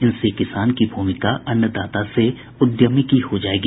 इनसे किसान की भूमिका अन्नदाता से उद्यमी की हो जाएगी